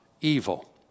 evil